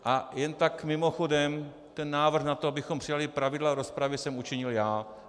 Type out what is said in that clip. A jen tak mimochodem, ten návrh na to, abychom přijali pravidla rozpravy, jsem učinil já.